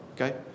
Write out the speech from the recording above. Okay